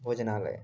भोजनालयः